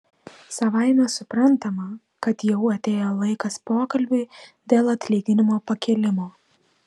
savaime suprantama kad jau atėjo laikas pokalbiui dėl atlyginimo pakėlimo